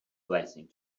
blessing